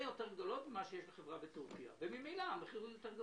יותר גדולות ממה שיש לחברה בטורקיה ולכן ממילא המחיר יותר גבוה.